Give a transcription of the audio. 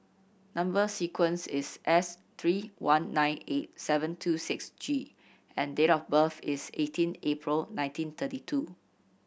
number sequence is S three one nine eight seven two six G and date of birth is eighteen April nineteen thirty two